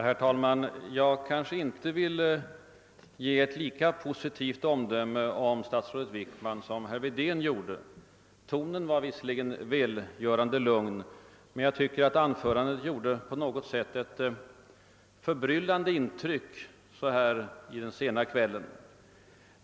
Herr talman! Jag kan inte avge ett lika positivt omdöme om statsrådet Wickman som herr Wedén gjorde. Tonen var visserligen välgörande lugn, men jag tycker att anförandet på något sätt gjorde ett förbrylllande intryck så här i den sena kvällen.